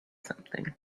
something